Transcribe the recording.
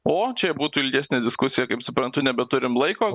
o čia būtų ilgesnė diskusija kaip suprantu nebeturim laiko